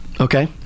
Okay